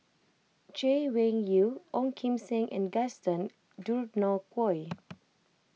Chay Weng Yew Ong Kim Seng and Gaston Dutronquoy